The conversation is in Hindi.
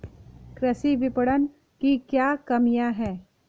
कृषि विपणन की क्या कमियाँ हैं?